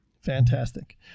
Fantastic